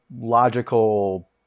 logical